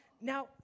Now